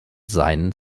seinen